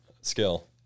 skill